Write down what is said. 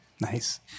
Nice